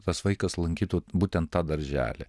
tas vaikas lankytų būtent tą darželį